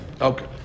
Okay